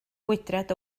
gwydraid